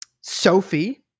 Sophie